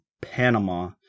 panama